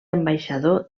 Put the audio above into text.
ambaixador